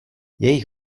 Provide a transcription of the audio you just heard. jejich